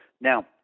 Now